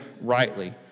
rightly